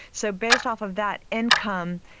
so based off of that income,